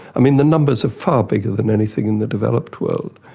i mean the numbers are far bigger than anything in the developed world.